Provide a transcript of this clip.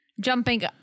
Jumping